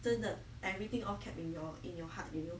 真的 everything all kept in your in your heart you know